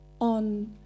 on